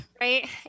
right